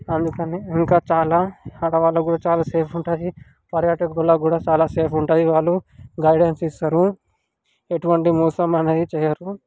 అందుకని ఇంకా చాలా ఆడవాళ్ళకి కూడా చాలా సేఫ్ ఉంటుంది పర్యాటకులకు కూడా చాలా సేఫ్ ఉంటుంది వాళ్ళు గైడెన్స్ ఇస్తారు ఎటువంటి మోసం అనేది చేయరు